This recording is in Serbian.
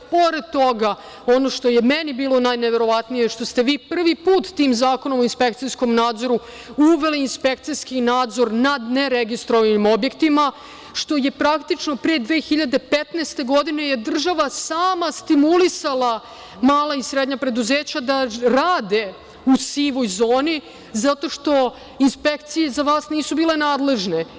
Pored toga ono što mi je bilo najneverovatnije, što ste vi prvi put tim Zakonom o inspekcijskom nadzoru uveli inspekcijski nadzor nad ne registrovanim objektima, što je praktično pre 2015. godine država sama stimulisala mala i srednja preduzeća da rade u sivoj zoni zato što inspekcije za vas nisu bile nadležne.